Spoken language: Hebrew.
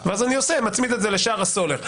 ואז אני מצמיד את זה לשער הסולר.